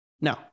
No